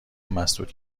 مسدود